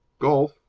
golf,